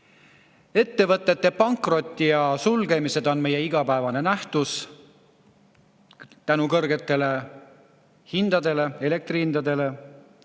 Ettevõtete pankrot ja sulgemised on igapäevane nähtus kõrgete hindade, elektrihindade